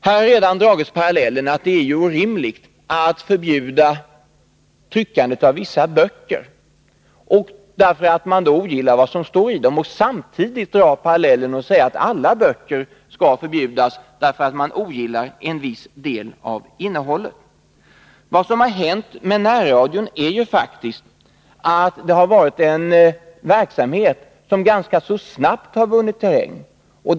Här har redan dragits parallellen att det är orimligt att förbjuda tryckandet av böcker därför att man ogillar vad som står i vissa böcker. Vad som har hänt med närradion är faktiskt att den ganska snart har slagit igenom.